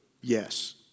Yes